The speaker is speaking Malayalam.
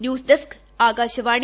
news desk Akashvani